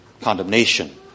condemnation